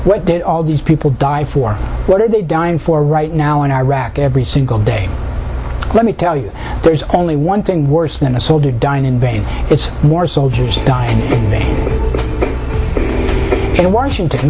what did all these people die for what are they dying for right now in iraq every single day let me tell you there's only one thing worse than a soul to dine in vain it's more soldiers die in washington